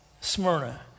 Smyrna